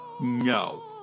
No